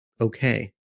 okay